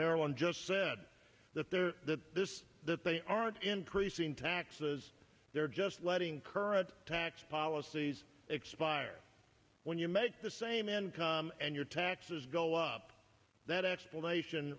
maryland just said that they're that this that they aren't increasing taxes they're just letting current tax policies expire when you make the same income and your taxes go up that explanation